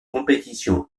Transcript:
compétitions